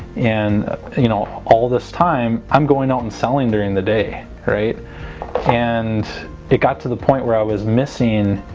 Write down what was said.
and you know all this time i'm going out and selling during the day right and it got to the point where i was missing